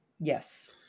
Yes